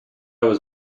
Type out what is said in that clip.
was